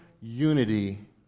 unity